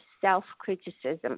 self-criticism